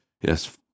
Yes